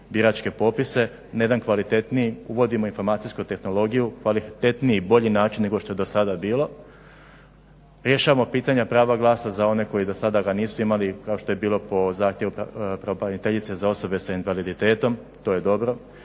biračke popise na jedan kvalitetniji uvodimo informacijsku tehnologiju, kvalitetniji i bolji način nego što je do sada bilo, rješavamo pitanje prava glasa za one koji ga do sada nisu imali kao što je bilo po zahtjevu pravobraniteljice za osobe s invaliditetom to je dobro,